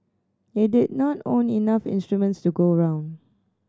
he did not own enough instruments to go around